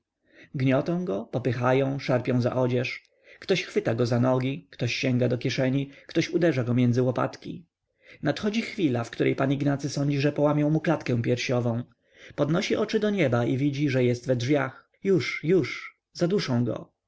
ścierpnięcia gniotą go popychają szarpią za odzież ktoś chwyta go za nogi ktoś sięga do kieszeni ktoś uderza go między łopatki nadchodzi chwila w której pan ignacy sądzi że połamią mu klatkę piersiową podnosi oczy do nieba i widzi że jest we drzwiach już już zaduszą go